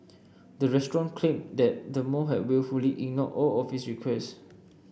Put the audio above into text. the restaurant claimed that the mall have wilfully ignored all of its requests